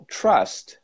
trust